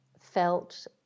felt